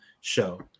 show